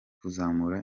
kuzamura